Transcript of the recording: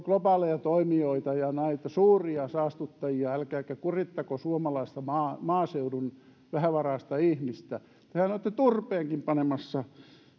globaaleja toimijoita ja näitä suuria saastuttajia älkääkä kurittako suomalaista maaseudun vähävaraista ihmistä tehän olette turpeenkin panemassa